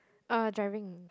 uh driving